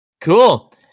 cool